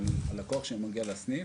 אבל לקוח שמגיע לסניף